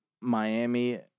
Miami